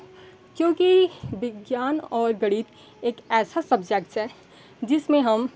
क्योंकि विज्ञान और गणित एक ऐसा सब्जेक्ट्स है जिसमें हम